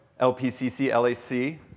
LPCC-LAC